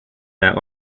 that